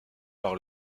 par